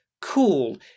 Cool